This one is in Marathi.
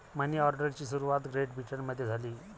मनी ऑर्डरची सुरुवात ग्रेट ब्रिटनमध्ये झाली